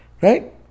Right